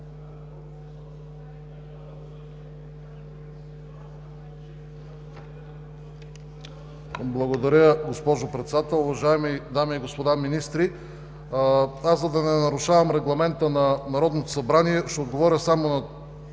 Благодаря Ви, госпожо Председател. Уважаеми дами и господа министри! За да не нарушавам регламента на Народното събрание, ще отговоря само на